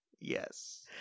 Yes